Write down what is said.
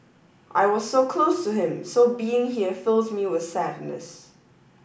I was so close to him so being here fills me with sadness